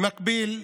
במקביל,